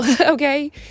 okay